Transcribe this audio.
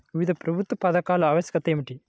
వివిధ ప్రభుత్వ పథకాల ఆవశ్యకత ఏమిటీ?